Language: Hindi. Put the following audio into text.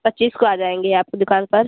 पच्चीस को आ जाएँगे आपकी दुकान पर